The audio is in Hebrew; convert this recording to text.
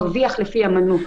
מרוויח לפי המנות.